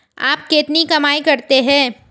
आप कितनी कमाई करते हैं?